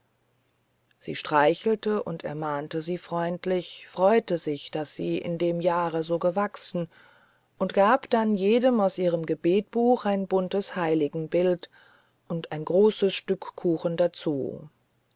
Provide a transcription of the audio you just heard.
sie streichelte und ermahnte sie freundlich freute sich daß sie in dem jahre so gewachsen und gab dann jedem aus ihrem gebetbuch ein buntes heiligenbild und ein großes stück kuchen dazu